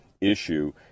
issue